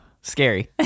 scary